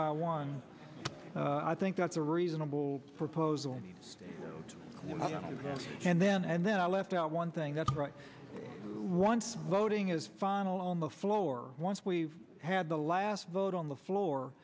by one i think that's a reasonable proposal and then and then i left out one thing that's right once voting is final on the floor once we've had the last vote on the floor